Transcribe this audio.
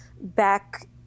back